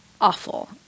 awful